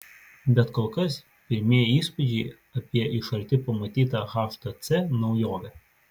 bet kol kas pirmieji įspūdžiai apie iš arti pamatytą htc naujovę